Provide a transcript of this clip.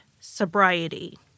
sobriety